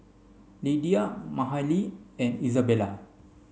Lidia Mahalie and Izabella